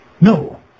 No